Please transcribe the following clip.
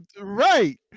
Right